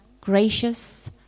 gracious